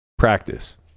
practice